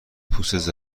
پوستت